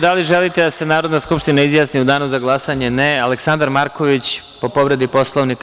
Da li želite da se Narodna skupština izjasni u danu za glasanje? (Ne.) Aleksandar Marković, po povredi Poslovnika.